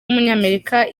w’umunyamerika